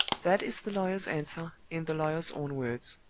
that is the lawyer's answer in the lawyer's own words.